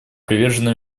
привержена